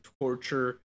torture